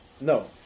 No